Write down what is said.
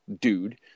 dude